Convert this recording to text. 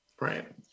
Right